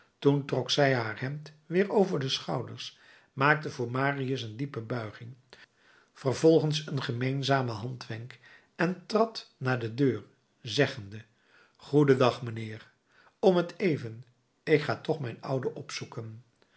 toen trok zij haar hemd weer over de schouders maakte voor marius een diepe buiging vervolgens een gemeenzamen handwenk en trad naar de deur zeggende goeden dag mijnheer om t even ik ga toch mijn oude opzoeken